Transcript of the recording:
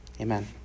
amen